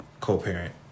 co-parent